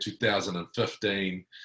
2015